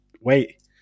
wait